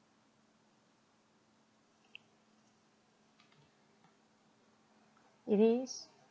it is